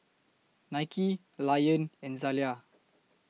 Nike Lion and Zalia